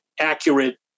accurate